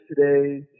today